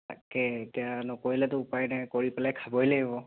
তাকে এতিয়া নকৰিলেতো উপায় নাই কৰি পেলাই খাবই লাগিব